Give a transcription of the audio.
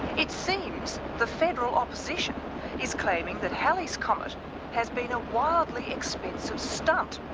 it seems the federal opposition is claiming that halley's comet has been a wildly expensive stunt.